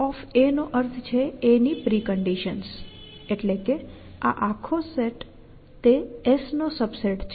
Pre નો અર્થ છે a ની પ્રિકન્ડિશન્સ એટલે કે આ આખો સેટ તે S નો સબસેટ છે